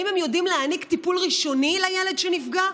האם הם יודעים להעניק טיפול ראשוני לילד שנפגע?